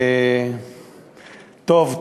טוב,